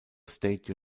state